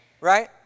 right